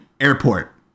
airport